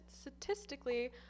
statistically